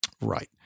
Right